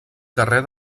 carrer